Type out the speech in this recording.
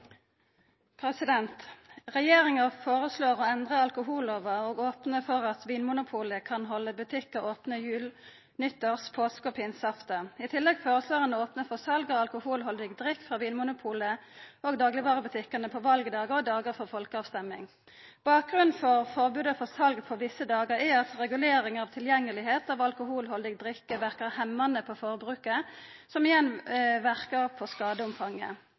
Regjeringa føreslår å endra alkohollova og opna for at Vinmonopolet kan halda butikkar opne jul, nyttårs-, påske- og pinseaftan. I tillegg føreslår ein å opna for sal av alkoholhaldig drikk frå Vinmonopolet og daglegvarebutikkane på valdagar og dagar for folkeavstemming. Bakgrunnen for forbodet mot sal på visse dagar er at regulering av tilgjengelegheit av alkoholhaldig drikk verkar hemmande på forbruket, som igjen verkar på skadeomfanget.